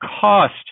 cost